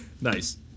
Nice